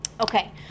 Okay